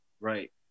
Right